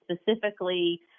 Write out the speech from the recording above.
specifically –